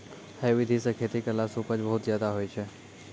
है विधि सॅ खेती करला सॅ उपज बहुत ज्यादा होय छै